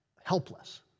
helpless